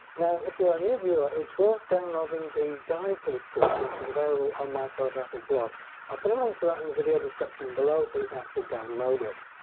now if you're a new viewer it's worth downloading the guide for this course which is available on my photographic blog i'll put a link to that in and the video description below so you can actually download it.